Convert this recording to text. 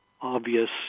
obvious